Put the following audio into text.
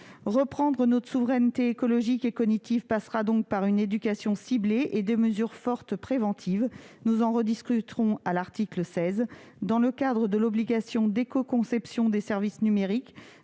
Reprendre notre souveraineté écologique et cognitive passera donc par une éducation ciblée et des mesures fortes préventives- nous en débattrons à l'article 16. Dans le cadre de l'obligation d'écoconception des services numériques,